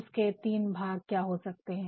body तीन भाग हो सकते है